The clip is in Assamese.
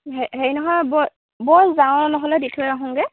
হেৰি নহয় ব' ব'ল যাওঁ নহ'লে দি থৈ আহোঁগৈ